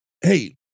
hey